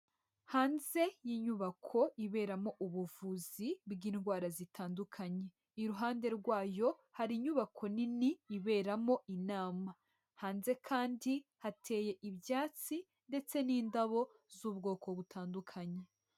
Hanze y'inyubako iberamo ubuvuzi bw'indwara zitandukanye, iruhande rwayo hari inyubako nini iberamo inama, hanze kandi hateye ibyatsi ndetse n'indabo z'ubwoko butandukanye.